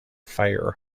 fire